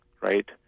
right